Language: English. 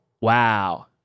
Wow